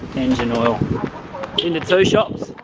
engine oil into two shops